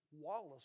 Wallace